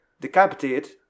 decapitated